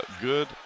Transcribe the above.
good